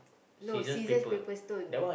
no scissors paper stone